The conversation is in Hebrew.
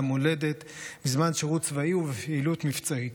המולדת בזמן שירות צבאי ובפעילות מבצעית.